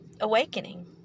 awakening